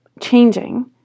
changing